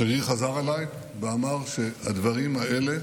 השגריר חזר אליי ואמר שהדברים האלה